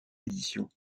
édition